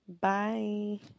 bye